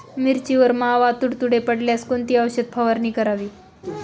मिरचीवर मावा, तुडतुडे पडल्यास कोणती औषध फवारणी करावी?